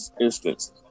instance